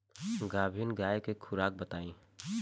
गाभिन गाय के खुराक बताई?